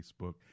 Facebook